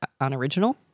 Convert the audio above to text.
unoriginal